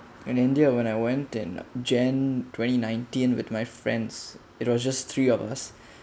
in india when I went and jan twenty nineteen with my friends it was just three of us